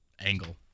angle